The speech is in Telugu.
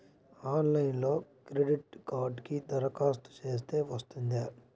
ఆన్లైన్లో క్రెడిట్ కార్డ్కి దరఖాస్తు చేస్తే వస్తుందా?